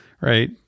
right